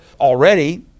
already